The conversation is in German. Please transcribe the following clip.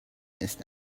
ist